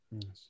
Yes